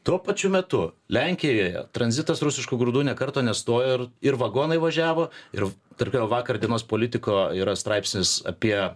tuo pačiu metu lenkijoje tranzitas rusiškų grūdų nė karto nestojo ir ir vagonai važiavo ir tarp kitko vakar dienos politiko yra straipsnis apie